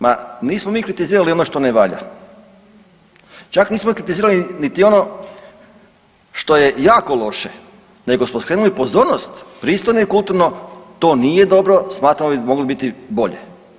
Ma nismo mi kritizirali ono što ne valja, čak nismo kritizirali niti ono što je jako loše nego smo skrenuli pozornost, pristojno i kulturno to nije dobro, smatramo da bi moglo biti bolje.